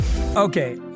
Okay